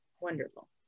Wonderful